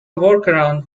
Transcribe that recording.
workaround